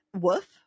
woof